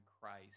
Christ